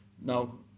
no